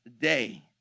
day